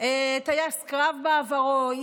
טייס קרב בעברו,